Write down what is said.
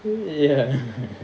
ya